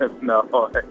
no